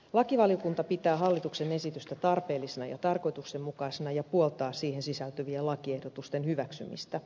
lakivaliokunta pitää hallituksen esitystä tarpeellisena ja tarkoituksenmukaisena ja puoltaa siihen sisältyvien lakiehdotusten hyväksymistä